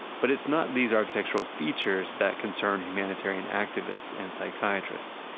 but it's not these architectural features that concern humanitarian activists and psychiatrists.